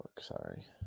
Sorry